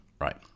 right